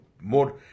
more